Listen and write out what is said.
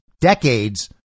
decades